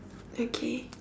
okay